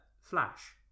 Flash